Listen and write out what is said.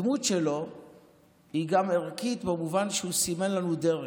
הדמות שלו היא גם ערכית במובן שהוא סימן לנו דרכים.